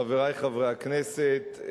חברי חברי הכנסת,